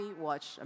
watch